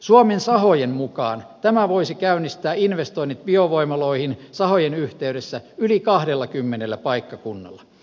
suomen sahojen mukaan tämä voisi käynnistää investoinnit biovoimaloihin sahojen yhteydessä yli kahdellakymmenellä paikkakunnalla